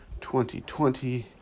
2020